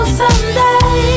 someday